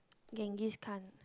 Genghis-Khan